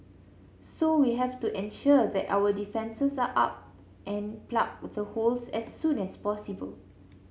so we have to ensure that our defences are up and plug the holes as soon as possible